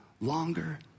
longer